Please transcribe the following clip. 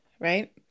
Right